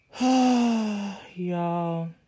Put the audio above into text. Y'all